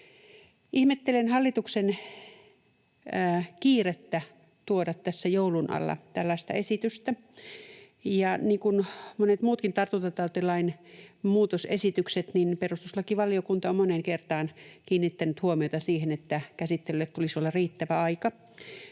Ihmettelen hallituksen kiirettä tuoda tässä joulun alla tällaista esitystä, ja monen muunkin tartuntatautilain muutosesityksen yhteydessä perustuslakivaliokunta on moneen kertaan kiinnittänyt huomiota siihen, että käsittelylle tulisi olla riittävä aika.